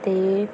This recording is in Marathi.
ते